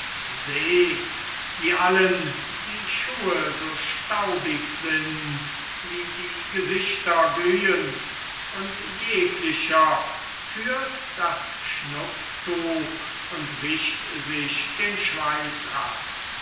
seht wie allen die schuhe so staubig sind wie die gesichter glühen und jeglicher führt das schnupftuch und wischt sich den schweiß ab